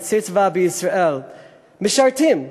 "יוצאי צבא בישראל" משרתים.